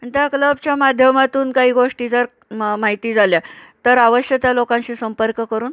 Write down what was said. आणि त्या क्लबच्या माध्यमातून काही गोष्टी जर मा माहिती झाल्या तर अवश्य त्या लोकांशी संपर्क करून